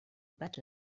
better